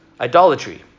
idolatry